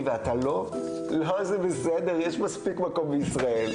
אני לא שמעתי תגובה של משרד הקליטה והעלייה על זה,